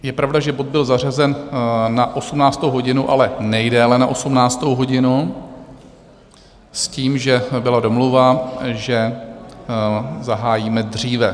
Je pravda, že bod byl zařazen na 18. hodinu, ale nejdéle na 18. hodinu s tím, že byla domluva, že zahájíme dříve.